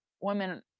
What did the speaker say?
women